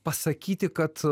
pasakyti kad